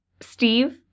Steve